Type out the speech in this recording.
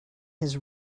his